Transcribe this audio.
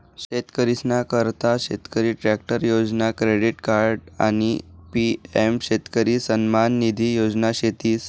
शेतकरीसना करता शेतकरी ट्रॅक्टर योजना, क्रेडिट कार्ड आणि पी.एम शेतकरी सन्मान निधी योजना शेतीस